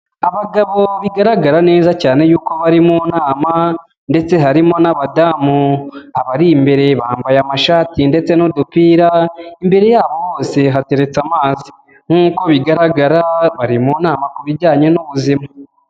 Abagabo bigaragara neza cyane yuko bari mu nama ndetse harimo n'abadamu. Abari imbere bambaye amashati ndetse n'udupira, imbere yabo hose hateretse amazi. Nk'uko bigaragara bari mu nama ku bijyanye n'ubuzima.